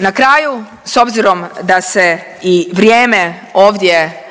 Na kraju s obzirom da se i vrijeme ovdje